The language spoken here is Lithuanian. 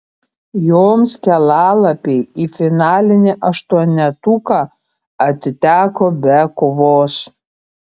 joms kelialapiai į finalinį aštuonetuką atiteko be kovos